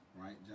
right